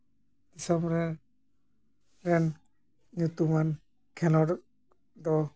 ᱫᱤᱥᱚᱢᱨᱮᱱ ᱧᱩᱛᱩᱢᱟᱱ ᱠᱷᱮᱞᱳᱰ ᱫᱚ